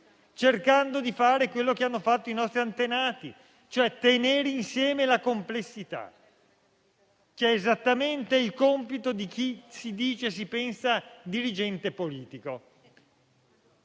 cercando di fare quello che hanno fatto i nostri antenati, e cioè tenere insieme la complessità, che è esattamente il compito di chi si dice e si pensa dirigente politico.